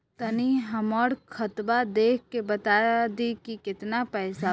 तनी हमर खतबा देख के बता दी की केतना पैसा बा?